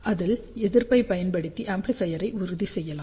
அதில் எதிர்ப்பை பயன்படுத்தி ஆம்ப்ளிபையரை உறுதி செய்யலாம்